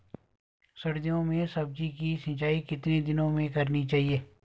सर्दियों में सब्जियों की सिंचाई कितने दिनों में करनी चाहिए?